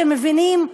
שמבינים,